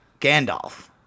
Gandalf